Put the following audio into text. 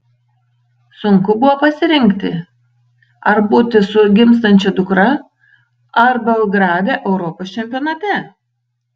sunku buvo pasirinkti ar būti su gimstančia dukra ar belgrade europos čempionate